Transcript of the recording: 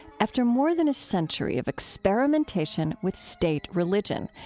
after more than a century of experimentation with state religion,